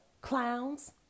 clowns